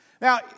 Now